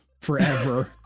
Forever